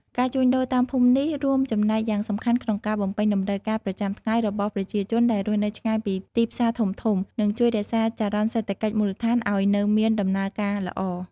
ការជួញដូរតាមភូមិនេះបានរួមចំណែកយ៉ាងសំខាន់ក្នុងការបំពេញតម្រូវការប្រចាំថ្ងៃរបស់ប្រជាជនដែលរស់នៅឆ្ងាយពីទីផ្សារធំៗ និងជួយរក្សាចរន្តសេដ្ឋកិច្ចមូលដ្ឋានឱ្យនៅមានដំណើរការល្អ។